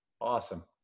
Awesome